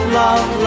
love